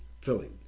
Philly